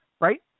right